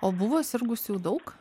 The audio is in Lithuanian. o buvo sirgusių daug